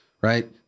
Right